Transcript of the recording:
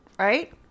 Right